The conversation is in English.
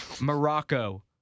Morocco